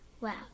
Wow